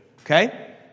Okay